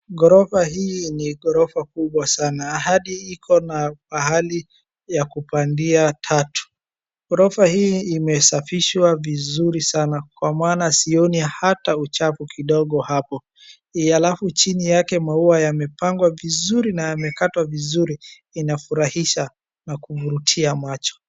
Ghorofa hii ni ghorofa kubwa sana hadi iko na pahali ya kupandia tatu. Ghorofa hii imesafishwa vizuri sana kwa maana sioni hata uchafu kidogo hapo. Alafu chini yake maua yamepangwa vizuri na yamekatwa vizuri. Inafurahisha na kuvurutia macho.